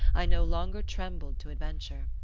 i no longer trembled to adventure.